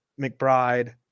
McBride